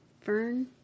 fern